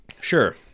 Sure